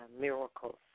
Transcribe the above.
miracles